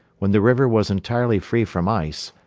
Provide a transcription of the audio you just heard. when the river was entirely free from ice,